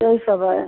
यही सब है